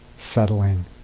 settling